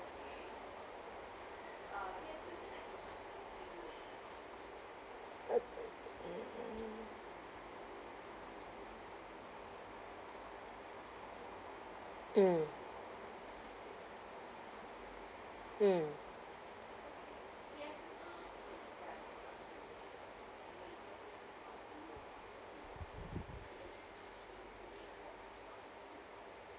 mm mm